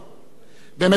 במשך שנים ארוכות,